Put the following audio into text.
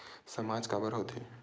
सामाज काबर हो थे?